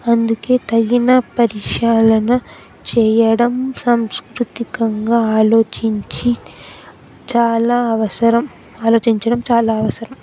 అందుకే తగిన పరిశీలన చేయడం సంస్కృతికంగా ఆలోచించి చాలా అవసరం ఆలోచించడం చాలా అవసరం